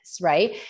Right